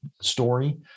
story